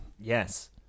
Yes